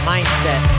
Mindset